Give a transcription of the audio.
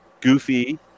goofy